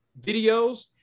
videos